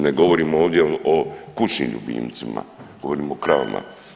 Ne govorimo ovdje o kućnim ljubimcima, govorim o kravama.